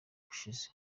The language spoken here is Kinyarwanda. yashize